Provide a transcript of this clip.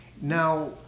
Now